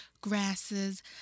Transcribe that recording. grasses